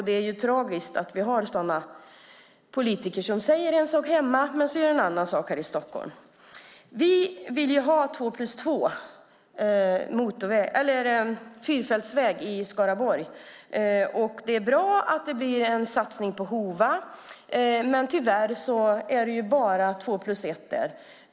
Det är tragiskt att vi har sådana politiker som säger en sak hemma men gör en annan sak här i Stockholm. Vi vill ha fyrfältsväg i Skaraborg. Och det är bra att det blir en satsning på Hova. Men tyvärr blir det bara två-plus-ett-väg där.